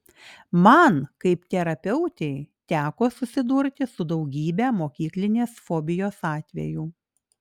man kaip terapeutei teko susidurti su daugybe mokyklinės fobijos atvejų